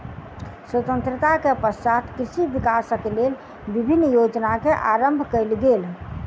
स्वतंत्रता के पश्चात कृषि विकासक लेल विभिन्न योजना के आरम्भ कयल गेल